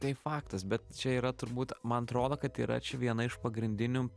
tai faktas bet čia yra turbūt man atrodo kad yra viena iš pagrindinių